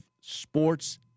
sports